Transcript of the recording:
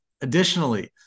Additionally